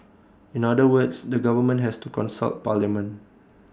in other words the government has to consult parliament